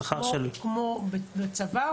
כמו בצבא?